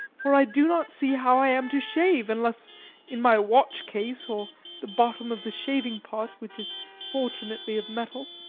for i do not see how i am to shave unless in my watch-case or the bottom of the shaving-pot, which is fortunately of metal.